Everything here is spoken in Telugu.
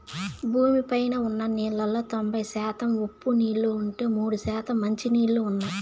భూమి పైన ఉన్న నీళ్ళలో తొంబై శాతం ఉప్పు నీళ్ళు ఉంటే, మూడు శాతం మంచి నీళ్ళు ఉన్నాయి